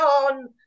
on